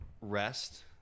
rest